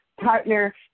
partner